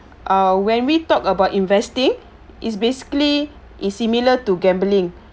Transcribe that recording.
ah when we talk about investing is basically is similar to gambling